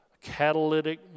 catalytic